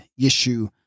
Yeshu